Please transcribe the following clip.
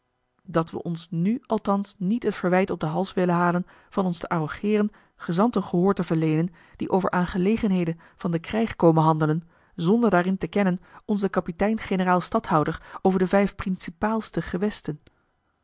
dat we ons nu althans niet het verwijt op den hals willen halen van ons te arrogeeren gezanten gehoor te verleenen die over aangelegenheden van den krijg komen handelen zonder daarin te kennen onzen kapitein generaal stadhouder over de vijf principaalste gewesten